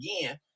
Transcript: again